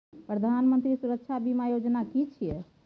प्रधानमंत्री सुरक्षा बीमा योजना कि छिए?